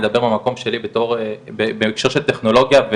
אני מדבר במקום שלי, בהקשר של טכנולוגיה.